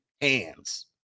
hands